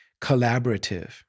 collaborative